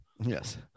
Yes